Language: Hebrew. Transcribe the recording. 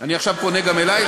אני עכשיו פונה גם אלייך,